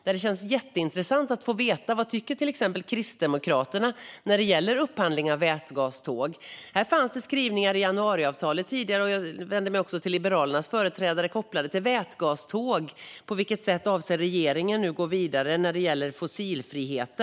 Det vore intressant att få veta vad Kristdemokraterna och Liberalerna tycker angående upphandling av vätgaståg, för det fanns skrivningar om detta i januariavtalet. På vilket sätt avser regeringen att gå vidare vad gäller fossilfrihet?